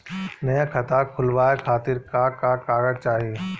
नया खाता खुलवाए खातिर का का कागज चाहीं?